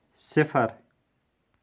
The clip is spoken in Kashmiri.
صِفر